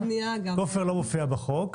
כופר לא מופיע בחוק,